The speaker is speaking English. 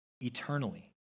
eternally